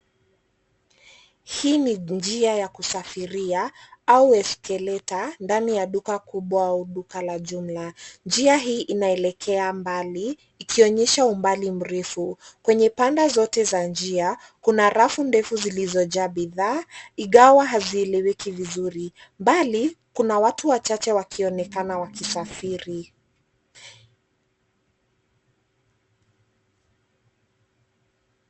Hii ni njia ya kusafiria au eskaleta ndani ya duka kubwa au duka la jumla. Njia hii inaelekea mbali, ikionyesha umbali mrefu. Kwenye panda zote za njia, kuna rafu ndefu zilizojaa bidhaa ingawa hazieleweki vizuri. Mbali kuna watu wachache wakionekana wakisafiri.